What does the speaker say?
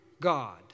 God